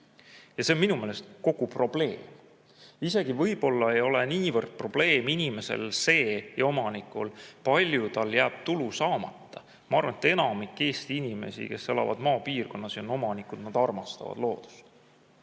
See on minu meelest kogu probleem. Isegi võib-olla ei ole niivõrd probleem inimesel, omanikul see, kui palju tal jääb tulu saamata. Ma arvan, et enamik Eesti inimesi, kes elavad maapiirkonnas ja on omanikud, armastavad loodust.